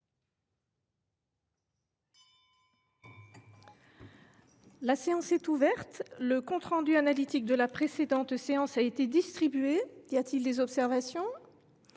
La séance est ouverte. Le compte rendu analytique de la précédente séance a été distribué. Il n’y a pas d’observation ?…